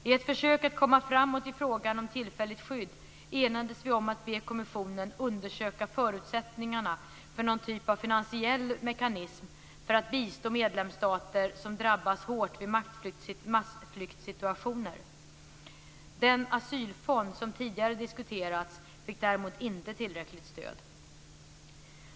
I ett försök att komma framåt i frågan om tillfälligt skydd enades vi om att be kommissionen undersöka förutsättningarna för någon typ av finansiell mekanism för att bistå medlemsstater som drabbas hårt vid massflyktssituationer. Den asylform som tidigare diskuterats fick däremot inte tillräckligt stöd.